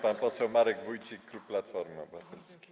Pan poseł Marek Wójcik, klub Platformy Obywatelskiej.